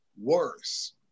worse